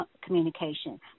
communication